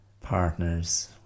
partners